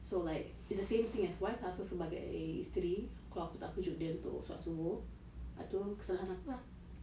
so like it's the same thing as wife lah so sebagai isteri kalau aku tak kejut dia untuk solat subuh part tu kesalahan aku lah